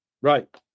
Right